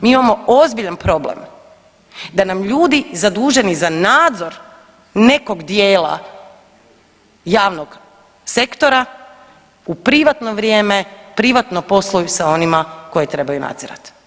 Mi imamo ozbiljan problem da nam ljudi zaduženi za nadzor nekog dijela javnog sektora u privatno vrijeme, privatno posluju sa onima koje trebaju nadzirati.